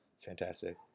fantastic